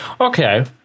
Okay